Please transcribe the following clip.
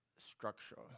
structure